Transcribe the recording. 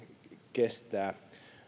kestää